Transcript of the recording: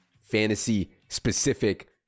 fantasy-specific